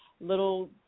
little